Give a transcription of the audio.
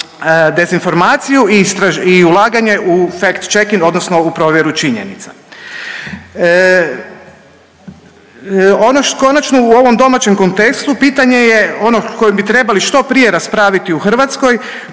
na dezinformaciju i ulaganje u fact cheking odnosno u provjeru činjenica. Ono, konačno u ovom domaćem kontekstu, pitanje je onog koji bi trebali što prije raspraviti u Hrvatskoj,